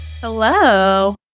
Hello